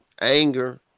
anger